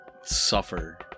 suffer